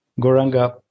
Goranga